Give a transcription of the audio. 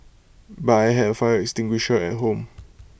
but I had A fire extinguisher at home